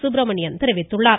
சுப்பிரமணியன் தெரிவித்துள்ளார்